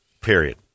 period